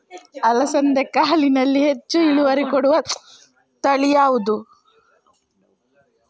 ಅಲಸಂದೆ ಕಾಳಿನಲ್ಲಿ ಹೆಚ್ಚು ಇಳುವರಿ ಕೊಡುವ ತಳಿ ಯಾವುದು?